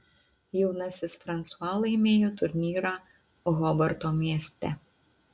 jaunasis fransua laimėjo turnyrą hobarto mieste